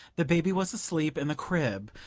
the baby was asleep in the crib,